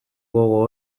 gogo